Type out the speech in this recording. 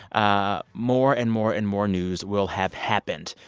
ah more and more and more news will have happened.